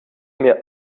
mir